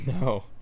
No